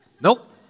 Nope